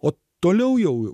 o toliau jau